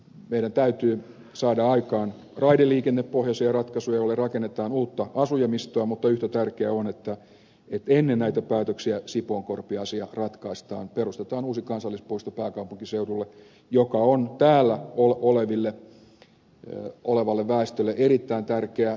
meidän täytyy saada aikaan raideliikennepohjaisia ratkaisuja joiden pohjalta rakennetaan uutta asujaimistoa mutta yhtä tärkeää on että ennen näitä päätöksiä sipoonkorpi asia ratkaistaan perustetaan pääkaupunkiseudulle uusi kansallispuisto joka on täällä olevalle väestölle erittäin tärkeä